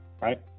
right